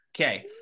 Okay